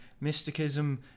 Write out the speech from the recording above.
mysticism